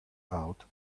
out